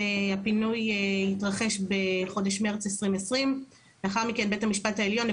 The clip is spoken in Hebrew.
שהפינוי יתרחש בחודש מרס 2020. לאחר מכן בית המשפט העליון,